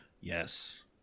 Yes